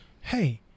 Hey